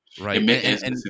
right